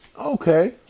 Okay